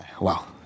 Wow